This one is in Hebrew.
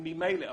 הם ממילא,